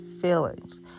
feelings